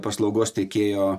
paslaugos teikėjo